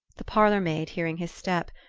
the parlour-maid, hearing his step,